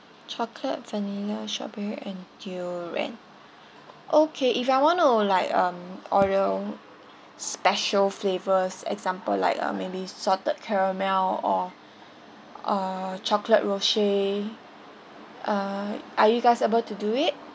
chocolate vanilla strawberry and durian okay if I wanna like um order special flavors example like uh maybe salted caramel or uh chocolate rocher uh are you guys able to do it